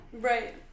Right